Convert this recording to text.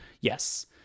yes